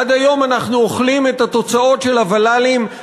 עד היום אנחנו אוכלים את התוצאות של הוול"לים,